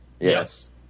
Yes